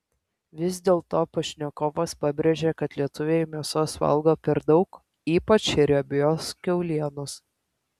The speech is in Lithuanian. vis dėlto pašnekovas pabrėžia kad lietuviai mėsos valgo per daug ypač riebios kiaulienos